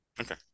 Okay